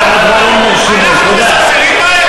להעלות את שכר הלימוד, מי נזף בהם?